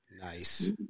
Nice